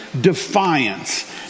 defiance